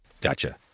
Gotcha